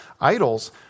idols